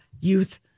youth